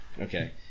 Okay